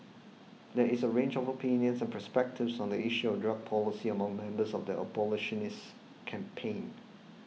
there is a range of opinions and perspectives on the issue drug policy among members of the abolitionist campaign